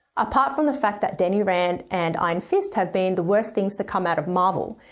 apart from the fact that danny rand and iron fist had been the worst things to come out of marvel,